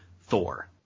Thor